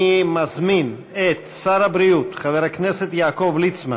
אני מזמין את שר הבריאות חבר הכנסת יעקב ליצמן